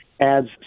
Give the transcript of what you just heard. adds